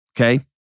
okay